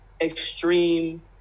extreme